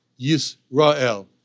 Yisrael